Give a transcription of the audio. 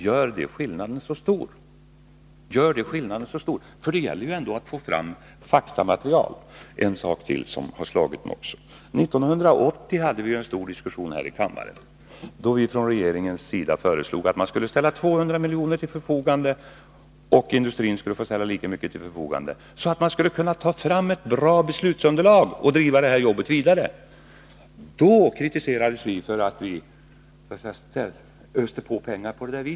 Gör det skillnaden så stor? Det har ju ändå gällt att få fram faktamaterial! En sak till har slagit mig. 1980 hade vi en stor diskussion här i kammaren, då vi från regeringen föreslog att riksdagen skulle ställa 200 milj.kr. till förfogande och att industrin skulle ställa lika mycket till förfogande, så att man skulle kunna ta fram ett bra beslutsunderlag och driva det här arbetet vidare. Då kritiserades vi för att vi öste på pengar.